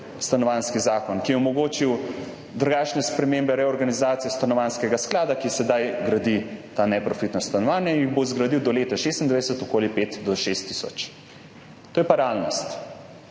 Stanovanjski zakon, ki je omogočil drugačne spremembe, reorganizacije Stanovanjskega sklada, ki sedaj gradi ta neprofitna stanovanja in jih bo zgradil do leta 2026 5 do 6 tisoč. To je pa realnost.